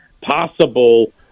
possible